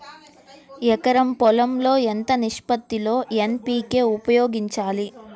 ఎకరం పొలం లో ఎంత నిష్పత్తి లో ఎన్.పీ.కే ఉపయోగించాలి?